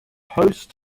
host